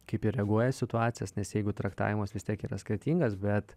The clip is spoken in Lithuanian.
kaip jie reaguoja į situacijas nes jeigu traktavimas vis tiek yra skirtingas bet